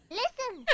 listen